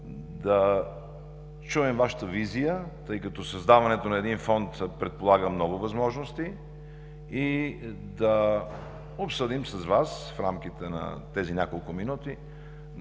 да чуем Вашата визия, тъй като създаването на един фонд предполага много възможности, и да обсъдим с Вас в рамките на тези няколко минути